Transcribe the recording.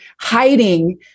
hiding